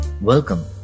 Welcome